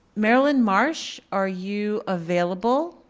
merrilynn marsh, are you available?